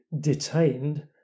detained